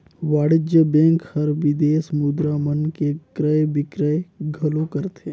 वाणिज्य बेंक हर विदेसी मुद्रा मन के क्रय बिक्रय घलो करथे